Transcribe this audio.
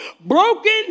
broken